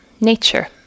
nature